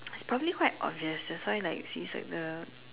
is probably quite obvious that's why like he's like the